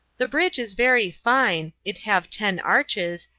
the bridge is very fine, it have ten arches,